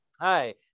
Hi